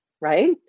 Right